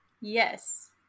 Yes